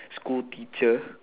school teacher